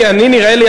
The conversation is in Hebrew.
נראה לי,